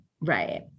right